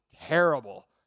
terrible